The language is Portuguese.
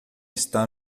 está